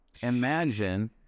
imagine